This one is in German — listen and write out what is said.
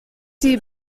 die